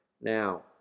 Now